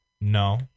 no